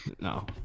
No